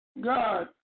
God